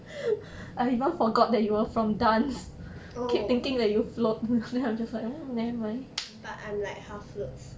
oh but I'm like half floats